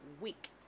week